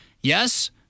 yes